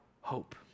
hope